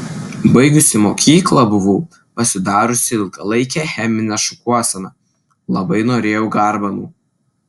baigusi mokyklą buvau pasidariusi ilgalaikę cheminę šukuoseną labai norėjau garbanų